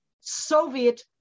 Soviet